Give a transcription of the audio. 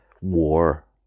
war